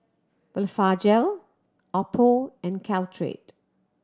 Blephagel Oppo and Caltrated